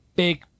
Big